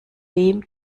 dem